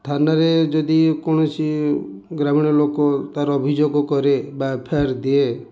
ଥାନାରେ ଯଦି କୌଣସି ଗ୍ରାମୀଣ ଲୋକ ତାର ଅଭିଯୋଗ କରେ ବା ଏଫଆଇର ଦିଏ